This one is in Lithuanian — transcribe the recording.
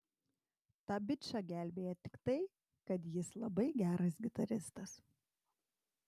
tą bičą gelbėja tik tai kad jis labai geras gitaristas